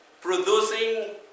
Producing